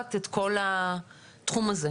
לקחת את כל התחום הזה,